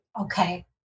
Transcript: Okay